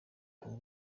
ubu